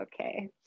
okay